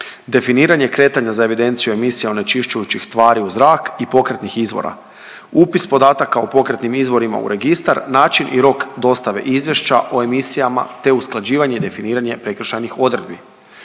Definiranje kretanja za evidenciju emisija onečišćujućih tvari u zrak i pokretnih izvora, upis podataka u pokretnim izvorima u registar, način i rok dostave izvješća o emisijama, te usklađivanje i definiranje prekršajnih odredbi.